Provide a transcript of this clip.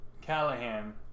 Callahan